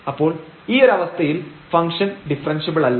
അപ്പോൾ ഈ ഒരവസ്ഥയിൽ ഫംഗ്ഷൻ ഡിഫറെൻഷ്യബിളല്ല